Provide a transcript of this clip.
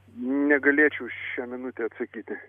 negalėčiau šią minutę atsakyti